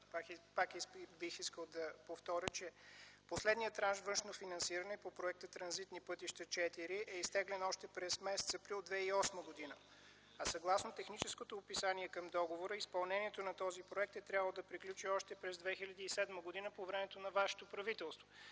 Пак бих искал да повторя, че последният транш външно финансиране по Проекта „Транзитни пътища” ІV е изтеглен още през м. април 2008 г., а съгласно техническото описание към договора изпълнението на този проект е трябвало да приключи още през 2007 г. по времето на вашето правителство.